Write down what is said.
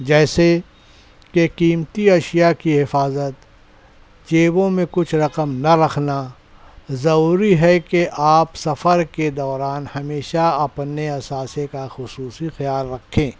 جیسے کہ قیمتی اشیاء کی حفاظت جیبوں میں کچھ رقم نہ رکھنا ضروری ہے کہ آپ سفر کے دوران ہمیشہ اپنے اثاثے کا خصوصی خیال رکھیں